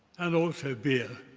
and also beer,